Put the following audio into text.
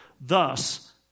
Thus